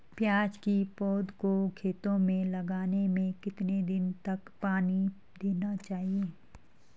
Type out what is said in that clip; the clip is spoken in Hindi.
प्याज़ की पौध को खेतों में लगाने में कितने दिन तक पानी देना चाहिए?